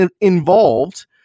involved